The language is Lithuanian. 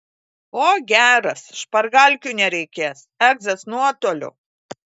o geras špargalkių nereikės egzas nuotoliu